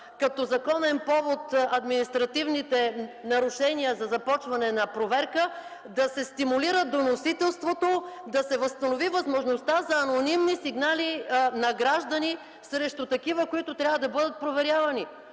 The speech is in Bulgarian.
като законен повод административните нарушения за започване на проверка; да се стимулира доносителството; да се възстанови възможността за анонимни сигнали на граждани срещу такива, които трябва да бъдат проверявани.